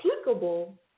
applicable